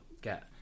get